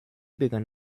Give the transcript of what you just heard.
begann